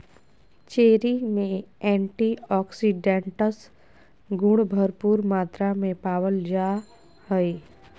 cherry में antioxidants गुण भरपूर मात्रा में पावल जा हइ